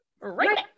right